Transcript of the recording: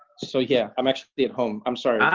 so, yeah, i'm actually at home. i'm sorry. ah,